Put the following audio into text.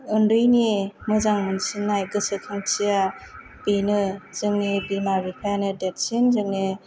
उन्दैनि मोजां मोनसिननाय गोसोखांथिया बेनो जोंनि बिमा बिफायानो देदसिन जोंनि